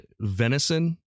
venison